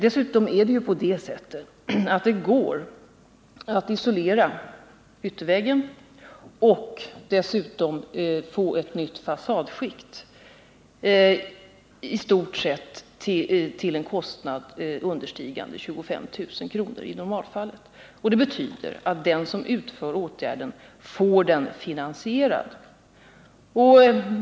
Nr 159 Dessutom går det att isolera ytterväggen och att få ett nytt fasadskikt i stort Tisdagen den sett tillen kostnad understigande 25 000 kr. i normalfallet. Det betyderatt den 29 maj 1979 som utför åtgärden får den finansierad.